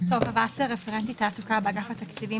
טובה וסר, רפרנטית תעסוקה, אגף התקציבים